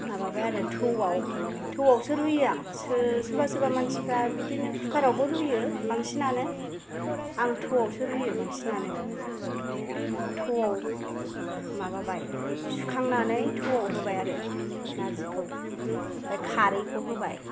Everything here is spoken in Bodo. माबाबाय आरो थौआव थौआवसो रुयो आं सोरबा सोरबा मानसिफ्रा बिदिनो खुखार आवबो रुयो बांसिनानो आं थौआवसो रुयो बांसिनानो आमफाय थौआव माबाबाय सुखांनानै थौआव रुबाय आरो नारजिखौ आमफाय खारैखौ होबाय